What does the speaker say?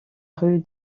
rue